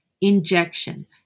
Injection